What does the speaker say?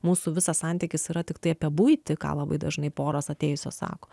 mūsų visas santykis yra tiktai apie buitį ką labai dažnai poros atėjusios sako